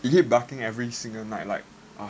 he keep barking every single night like